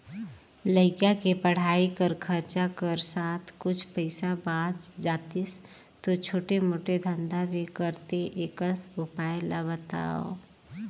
लइका के पढ़ाई कर खरचा कर साथ कुछ पईसा बाच जातिस तो छोटे मोटे धंधा भी करते एकस उपाय ला बताव?